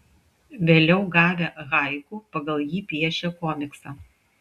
vėliau gavę haiku pagal jį piešė komiksą